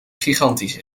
gigantisch